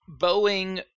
Boeing